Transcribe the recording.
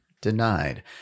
denied